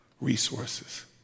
resources